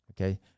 Okay